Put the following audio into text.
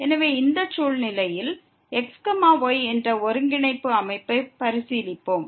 எனவே இந்த சூழ்நிலையில் xy என்ற ஒருங்கிணைப்பு அமைப்பை ப் பரிசீலிப்போம்